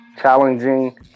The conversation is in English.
challenging